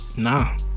Nah